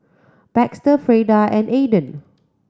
Baxter Freda and Aaden